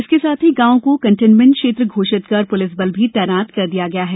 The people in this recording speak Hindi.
इसके साथ ही गांव को केंटोनमेंट क्षेत्र घोषित कर पुलिस बल भी तैनात कर दिया गया है